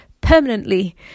permanently